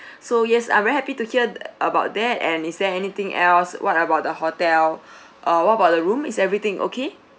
so yes I'm very happy to hear uh about that and is there anything else what about the hotel uh what about the room is everything okay